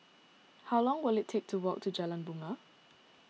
how long will it take to walk to Jalan Bungar